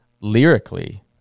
lyrically